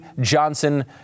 Johnson